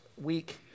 week